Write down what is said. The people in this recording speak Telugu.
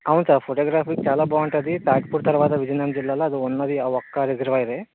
అవును సార్ ఫోటోగ్రఫీ కి చాలా బాగుంటుంది పాక్పూర్ తర్వాత విజయనగరం జిల్లాలో ఉన్నది ఆ ఒక్క రిజర్వాయర్ ఏ